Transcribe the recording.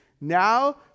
Now